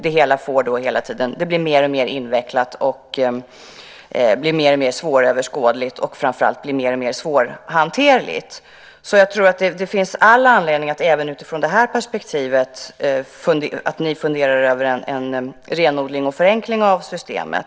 Det hela blir då hela tiden mer och mer invecklat och svåröverskådligt och framför allt mer och mer svårhanterligt. Det finns alltså all anledning att ni även i det här perspektivet funderar över en renodling och förenkling av systemet.